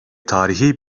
tarihi